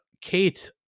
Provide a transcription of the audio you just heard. Kate